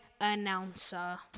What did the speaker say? announcer